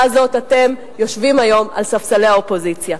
הזאת אתם יושבים היום על ספסלי האופוזיציה.